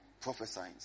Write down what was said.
prophesying